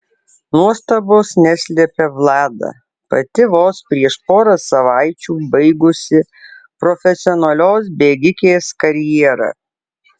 nuostabos neslepia vlada pati vos prieš porą savaičių baigusi profesionalios bėgikės karjerą